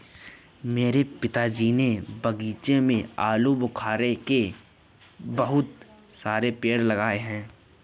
मेरे पिताजी ने बगीचे में आलूबुखारे के बहुत सारे पेड़ लगाए हैं